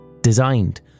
designed